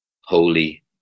Holy